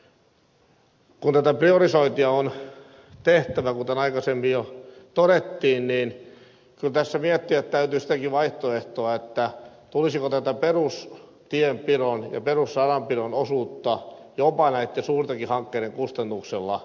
kun tätä priorisointia on tehtävä kuten aikaisemmin jo todettiin kyllä tässä miettiä täytyy sitäkin vaihtoehtoa tulisiko perustienpidon ja perusradanpidon osuutta jopa näitten suurtenkin hankkeiden kustannuksella